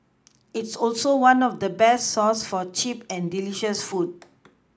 it's also one of the best source for cheap and delicious food